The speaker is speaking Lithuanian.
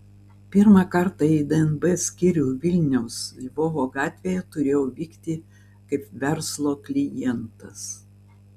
pirmą kartą į dnb skyrių vilniaus lvovo gatvėje turėjau vykti kaip verslo klientas